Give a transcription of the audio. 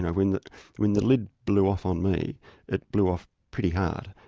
when the when the lid blew off on me it blew off pretty hard,